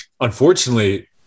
unfortunately